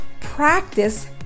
Practice